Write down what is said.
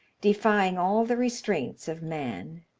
defying all the restraints of man.